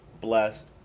blessed